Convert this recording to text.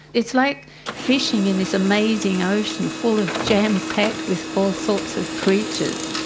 it's like fishing in this amazing ocean full of jam-packed with all sorts of creatures.